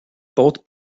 both